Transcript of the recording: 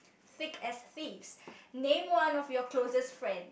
sick as fees name one of your closest friend